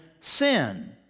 sin